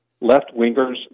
left-wingers